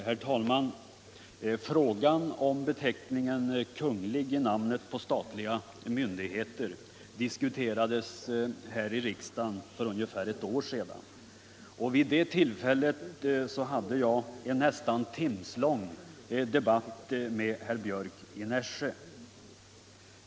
Herr talman! Frågan om beteckningen Kunglig i namnet på statliga myndigheter diskuterades här i riksdagen för ungefär ett år sedan. Vid det tillfället hade jag en nästan timslång debatt med herr Björck i Nässjö.